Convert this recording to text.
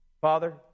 Father